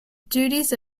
duties